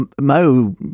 Mo